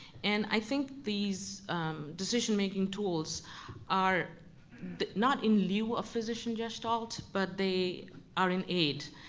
and i think these decision making tools are not in lieu of physician gestalt, but they are in aid.